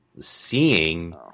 seeing